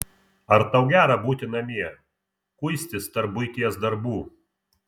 ar tau gera būti namie kuistis tarp buities darbų